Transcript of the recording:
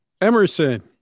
Emerson